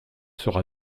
sera